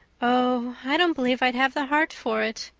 oh, i don't believe i'd have the heart for it.